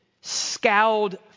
scowled